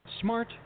Smart